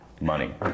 money